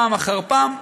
פעם אחר פעם,